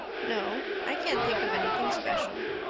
no, i can't think of anything special.